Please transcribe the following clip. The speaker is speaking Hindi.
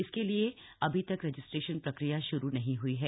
इसके लिए अभी तक रजिस्ट्रेशन प्रक्रिया श्रू नहीं हुई है